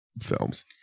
films